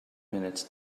minutes